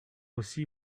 aussi